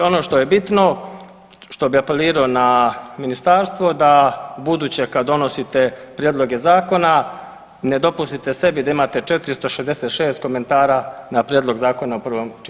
Ono što je bitno što bi apelirao na ministarstvo da ubuduće kada donosite prijedloge zakona ne dopustite sebi da imate 466 komentara na prijedlog zakona u prvom čitanju.